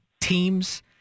teams